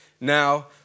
Now